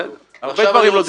בסדר, הרבה דברים לא דייקת.